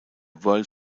world